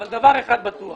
אבל דבר אחד בטוח